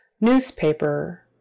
Newspaper